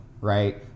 right